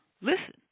listen